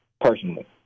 personally